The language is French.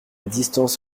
distance